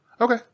Okay